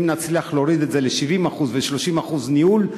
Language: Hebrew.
אם נצליח להוריד את זה ל-70% ו-30% ניהול,